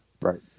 Right